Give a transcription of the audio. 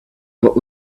what